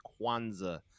Kwanzaa